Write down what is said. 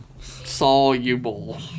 Soluble